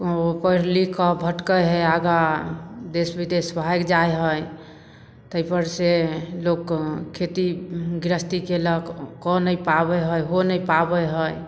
पढ़िलिखिकऽ भटकै हइ आगाँ देश विदेश भागि जाइ हइ ताहिपरसँ लोकके खेती गृहस्थी केलक कऽ नहि पाबै हइ हो नहि पाबै हइ